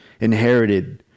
inherited